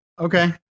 Okay